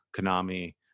Konami